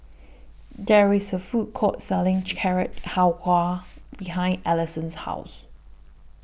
There IS A Food Court Selling Carrot Halwa behind Alyson's House